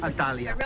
Italia